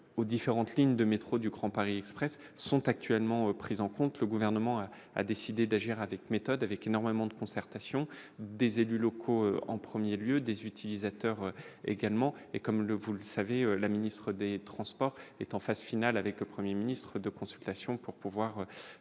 différentes lignes de métro du Grand Paris Express sont actuellement prises en compte, le gouvernement a décidé d'agir avec méthode, avec énormément de concertation des élus locaux en 1er lieu des utilisateurs également et comme le vous le savez, la ministre des transports est en phase finale avec le 1er ministre de consultation pour pouvoir